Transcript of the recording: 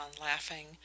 LAUGHING